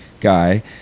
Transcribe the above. guy